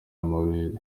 amabere